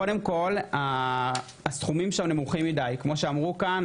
קודם כל הסכומים שם נמוכים מדי כמו שאמרו כאן,